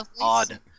Odd